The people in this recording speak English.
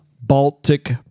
Baltic